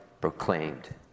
proclaimed